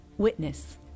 witness